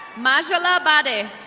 mashala baday.